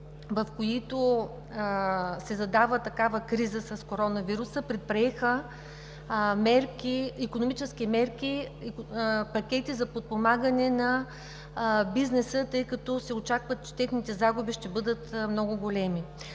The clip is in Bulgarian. в които се задава такава криза с коронавируса, предприеха икономически мерки и пакети за подпомагане на бизнеса, тъй като се очаква, че техните загуби ще бъдат много големи.